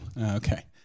Okay